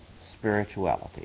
spirituality